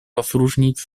rozróżnić